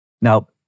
Now